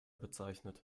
bezeichnet